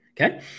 okay